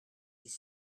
les